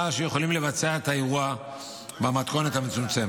שיכולים לבצע את האירוע במתכונת המצומצמת.